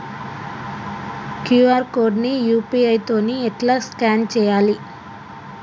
QR code ని UPI తోని ఎట్లా స్కాన్ చేయాలి?